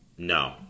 No